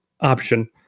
option